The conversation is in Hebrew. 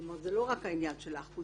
זאת אומרת זה לא רק העניין של האחוזים.